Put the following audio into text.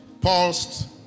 paused